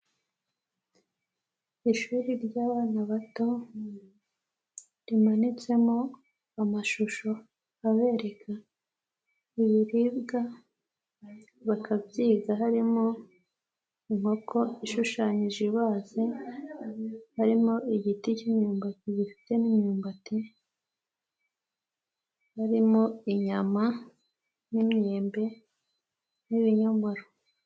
Ishuri ry'bana bato rimanitsemo amashusho abereka ibiribwa bakabyiga harimo inkoko ishushanyije ibaze, harimo igiti cy'imyumbati gifite n'imyumbati, harimo inyama n'imyembe n'ibinyomoro.